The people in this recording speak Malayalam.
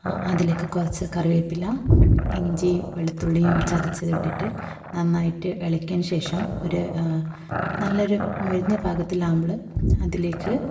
ആ അതിലേക്ക് കുറച്ച് കറിവേപ്പില ഇഞ്ചി വെളുത്തുള്ളിയും ചതച്ചത് ഇട്ടിട്ട് നന്നായിട്ട് ഇളക്കിയതിന് ശേഷം ഒരു നല്ല ഒരു മൊരിഞ്ഞ ഭാഗത്തിൽ നമ്മൾ അതിലേക്ക്